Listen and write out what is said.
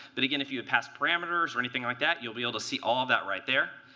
but again, if you had passed parameters or anything like that, you'll be able to see all that right there.